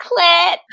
clit